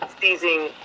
seizing